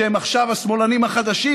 שהם עכשיו השמאלנים החדשים,